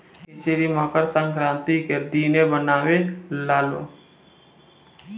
खिचड़ी मकर संक्रान्ति के दिने बनावे लालो